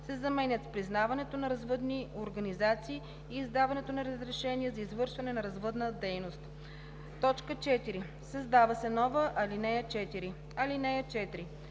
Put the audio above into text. се заменят с „признаването на развъдни организации и издаването на разрешение за извършване на развъдна дейност“. 4. Създава се нова ал. 4: